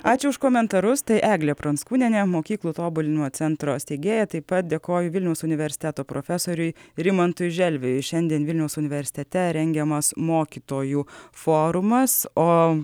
ačiū už komentarus tai egle pranckūniene mokyklų tobulinimo centro steigėja taip pat dėkoju vilniaus universiteto profesoriui rimantui želviui šiandien vilniaus universitete rengiamas mokytojų forumas o